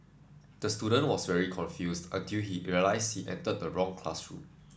the student was very confused until he realised he entered the wrong classroom